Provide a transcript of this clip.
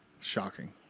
Shocking